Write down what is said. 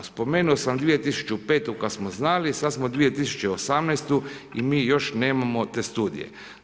Spomenuo sam 2005. kada smo znali, sada smo 2018. i mi još nemamo te studije.